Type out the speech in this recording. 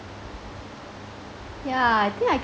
yeah I think I